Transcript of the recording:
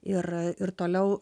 ir ir toliau